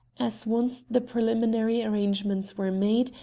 as once the preliminary arrangements were made,